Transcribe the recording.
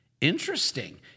Interesting